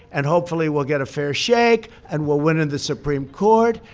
and hopefully, we'll get a fair shake, and we'll win in the supreme court,